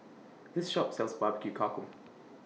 This Shop sells Barbecue Cockle